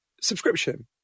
subscription